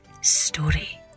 Story